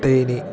Theni